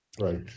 Right